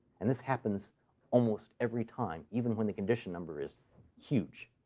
and this happens almost every time, even when the condition number is huge.